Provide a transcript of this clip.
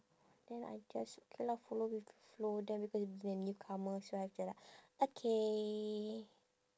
then I just okay lah follow with the flow then everybody the newcomers right they're like okay